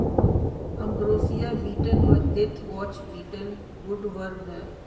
ambrosia beetle व deathwatch beetle woodworm हैं